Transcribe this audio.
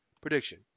Prediction